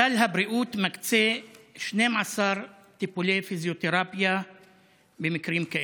סל הבריאות מקצה 12 טיפולי פיזיותרפיה במקרים כאלה.